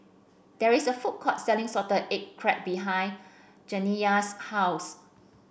there is a food court selling Salted Egg Crab behind Janiya's house